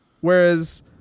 Whereas